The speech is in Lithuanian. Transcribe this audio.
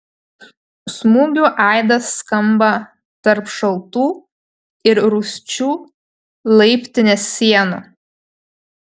smūgių aidas skamba tarp šaltų ir rūsčių laiptinės sienų